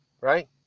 Right